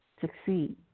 succeed